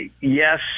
Yes